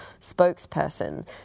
spokesperson